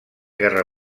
guerra